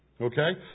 Okay